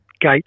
gate